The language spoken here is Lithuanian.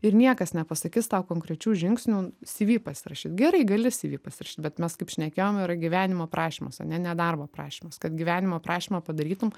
ir niekas nepasakys tau konkrečių žingsnių cv pasirašyt gerai gali cv pasirašyt bet mes kaip šnekėjom yra gyvenimo aprašymas ar ne ne darbo prašymas kad gyvenimo aprašymą padarytum